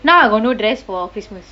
now I got no dress for christmas